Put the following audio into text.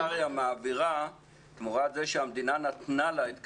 זה מה שקרן קיסריה מעבירה תמורת זה שהמדינה נתנה לה את קיסריה.